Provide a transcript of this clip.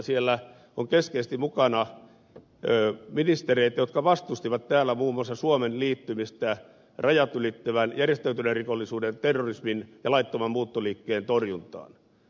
siellä on keskeisesti mukana ministereitä jotka vastustivat täällä muun muassa suomen liittymistä rajat ylittävän järjestäytyneen rikollisuuden terrorismin ja laittoman muuttoliikkeen torjuntaan